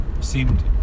seemed